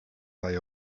they